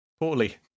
Poorly